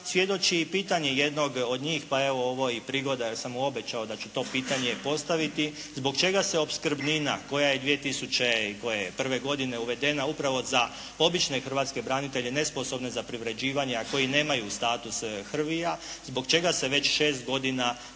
svjedoči i pitanje jednog od njih, pa evo ovo je i prigoda jer sam mu obećao da ču to pitanje postaviti, zbog čega se opskrbnina koja je 2001. godine uvedena upravo za obične hrvatske branitelje nesposobne za privređivanje, a koji nemaju status HRVI-ja, zbog čega se već 6 godina nije